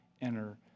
enter